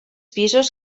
pisos